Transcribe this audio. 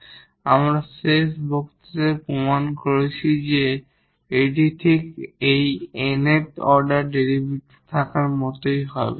এবং আমরা শেষ বক্তৃতায় প্রমাণ করেছি যে এটি ঠিক এই nth অর্ডার ডেরিভেটিভ থাকার মতই হবে